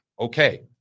okay